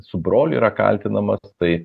su broliu yra kaltinamas tai